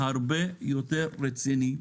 הרבה יותר רציני,